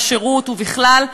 לשירות ובכלל,